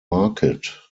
market